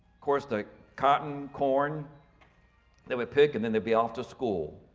course, the cotton corn they would pick and then they'd be off to school.